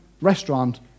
restaurant